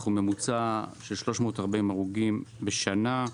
אנחנו עם ממוצע של 340 הרוגים בשנה,